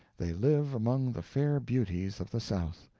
they live among the fair beauties of the south.